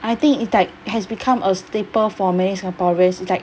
I think it's like has become a staple for many singaporeans like